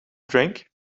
drink